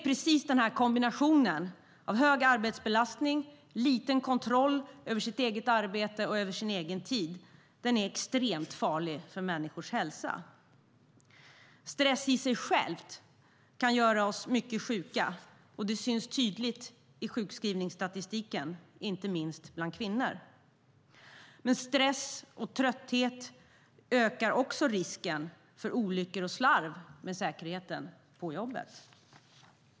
Precis denna kombination av hög arbetsbelastning, liten kontroll över det egna arbetet och den egna tiden är extremt farlig för människors hälsa. Stress i sig själv kan göra oss mycket sjuka. Det syns tydligt i sjukskrivningsstatistiken, inte minst bland kvinnor. Stress och trötthet ökar också risken för olyckor och slarv med säkerheten på jobbet.